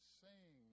sing